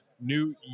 new